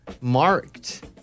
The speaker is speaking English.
marked